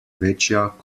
večja